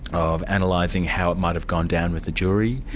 of and analysing how it might have gone down with the jury,